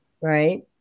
right